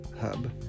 Hub